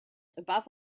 above